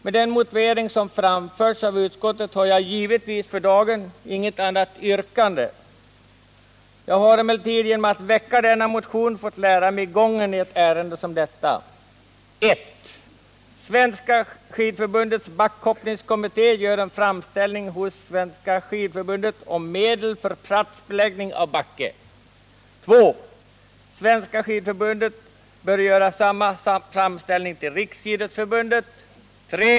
Med den motivering som framförts av utskottet har jag givetvis för dagen inget särskilt yrkande. Jag har emellertid genom att väcka denna motion fått lära mig gången i ett ärende som detta: 1. Svenska skidförbundets backhoppningskommitté bör göra framställning hos Svenska skidförbundet om medel för plastbeläggning av backe. 2. Svenska skidförbundet bör göra samma framställning hos Riksidrottsförbundet. 3.